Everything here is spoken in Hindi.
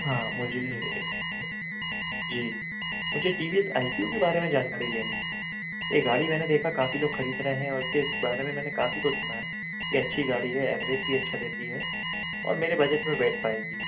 हाँ मुझे जी मुझे T V S I P O के बारे में जानकारी लेनी थी ये गाड़ी मैंने देखा काफ़ी लोग खरीद रहे हैं और इसके बारे में मैंने काफ़ी कुछ सुना है ये अच्छी गाड़ी है एवरेज भी अच्छा देती है और मेरे बजट में बैठ पाएगी